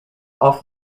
off